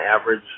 average